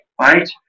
right